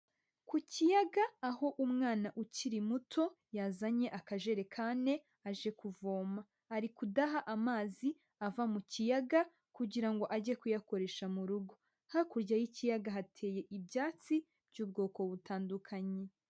Ku kiyaga aho umwana ukiri muto yazanye akajerekane aje kuvoma, ari kudaha amazi ava mu kiyaga kugira ngo ajye kuyakoresha mu rugo, hakurya y'ikiyaga hateye ibyatsi by'ubwoko butandukanye.